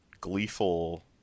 gleeful